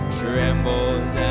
trembles